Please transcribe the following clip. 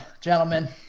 gentlemen